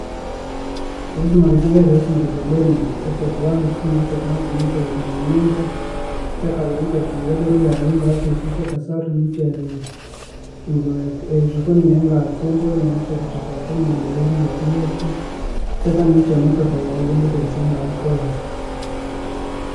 ﻿Ebirumuruzyo ngaheka ebisumuruzyo bini ekyokubanza ekyisumuruzyo ekyokubanza nikyerikyungulha enyumba, ekyakabiri nikyerikyunguha e diru yayi ingayakesya, ekyakasathu nikyeri kyungulha eri- ejokoni yayi ingayatsumba nerithekera e family yayi ngabakiryakyi, ekyakani nikyemotoka yayi eyangakoleya ingayakolha